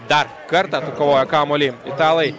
dar kartą atkovojo kamuolį italai